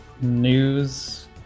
news